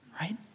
right